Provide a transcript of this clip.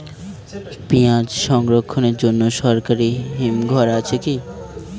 পিয়াজ সংরক্ষণের জন্য সরকারি হিমঘর আছে কি?